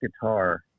guitar